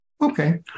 Okay